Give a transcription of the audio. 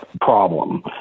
problem